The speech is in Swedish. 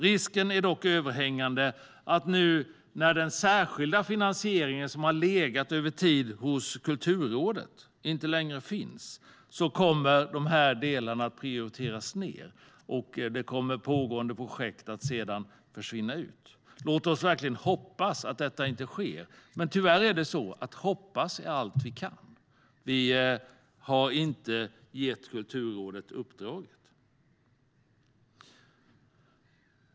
Risken är dock överhängande att de delarna nu, när den särskilda finansiering som över tid har legat hos Kulturrådet inte längre finns, kommer att prioriteras ned och pågående projekt kommer att försvinna. Låt oss verkligen hoppas att detta inte sker. Men tyvärr är hoppas allt vi kan. Vi har inte gett Kulturrådet något uppdrag.